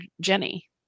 Jenny